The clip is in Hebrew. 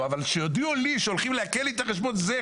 אבל שיודיעו לי שהולכים לעקל לי את חשבון הבנק שלי,